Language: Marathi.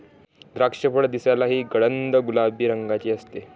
द्राक्षफळ दिसायलाही गडद गुलाबी रंगाचे असते